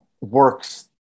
works